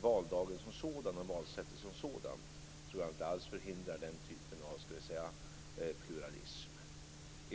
Valdagen som sådan och valsättet som sådant tror jag inte alls förhindrar den typen av pluralism.